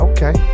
Okay